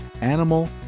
Animal